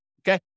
Okay